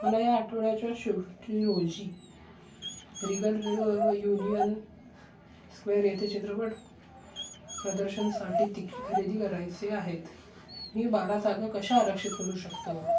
मला या आठवड्याच्या शेवटी रोजी रिगल युनियन स्क्वेअर येथे चित्रपट प्रदर्शनासाठी तिकीट खरेदी करायचे आहेत मी बारा जागा कशा आरक्षित करू शकतो